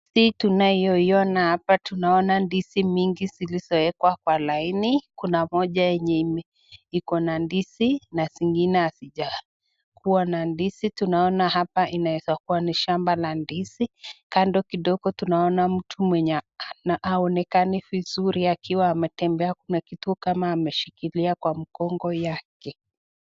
Hii tunayoiona hapa, tunaona ndizi mingi zilizoekwa kwa laini. Kuna moja yenye ikona ndizi na zingine hazijakuwa na ndizi. Tunaona hapa inaweza kuwa ni shamba la ndizi. Kando kidogo tunaona mtu mwenye haonekani vizuri akiwa ametembea kuna kitu kama ameshikilia kwa mgongo yake.